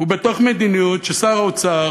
ובתוך מדיניות שבה שר האוצר